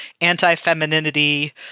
anti-femininity